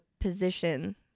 position